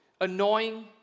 Annoying